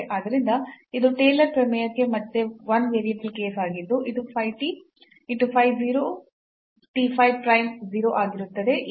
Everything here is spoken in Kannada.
ಆದ್ದರಿಂದ ಇದು ಟೇಲರ್ ಪ್ರಮೇಯಕ್ಕೆ ಮತ್ತೆ 1 ವೇರಿಯಬಲ್ ಕೇಸ್ ಆಗಿದ್ದು ಅದು phi t phi 0 t phi prime 0 ಆಗಿರುತ್ತದೆ ಎಂದು ಹೇಳುತ್ತದೆ